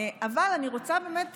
אבל אני רוצה באמת,